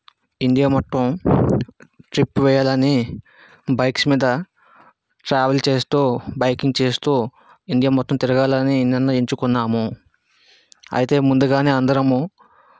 India మొత్తం trip వెయ్యాలని bikes మీద ట్రావెల్ చేస్తూ బైకింగ్ చేస్తూ ఇండియా మొత్తం తిరగాలని నిర్ణయించుకున్నాము అయితే ముందుగానే అందరము